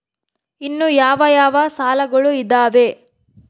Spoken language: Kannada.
ಇನ್ನು ಯಾವ ಯಾವ ಸಾಲಗಳು ಇದಾವೆ?